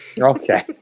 Okay